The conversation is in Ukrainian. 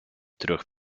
трьох